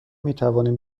میتوانیم